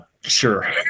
Sure